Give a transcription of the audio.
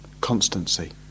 constancy